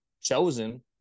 chosen